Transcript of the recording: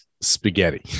spaghetti